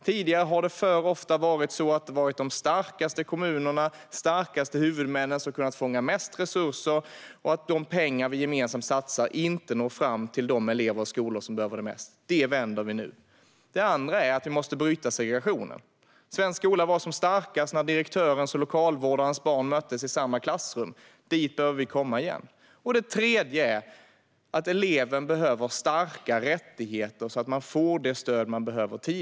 Tidigare har det alltför ofta varit de starkaste kommunerna och de starkaste huvudmännen som kunnat fånga mest resurser, och de pengar vi gemensamt satsar har inte nått fram till de elever och skolor som behöver dem bäst. Detta vänder vi nu. Det andra är att bryta segregationen. Svensk skola var som starkast när direktörens och lokalvårdarens barn möttes i samma klassrum. Dit behöver vi komma igen. Det tredje är att elever behöver starka rättigheter, så att de tidigt får det stöd de behöver.